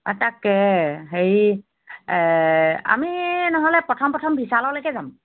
অ তাকে হেৰি আমি নহ'লে প্ৰথম প্ৰথম বিশাললৈকে যাম